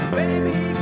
baby